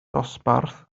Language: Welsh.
dosbarth